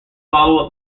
follow